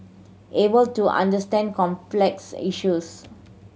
able to understand complex issues